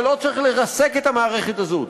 אבל לא צריך לרסק את המערכת הזאת,